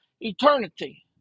eternity